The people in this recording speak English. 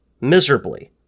miserably